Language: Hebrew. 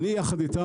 אני יחד איתם,